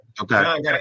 Okay